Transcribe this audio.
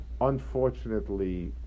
Unfortunately